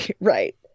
Right